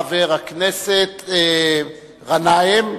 חבר הכנסת גנאים,